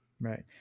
Right